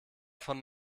von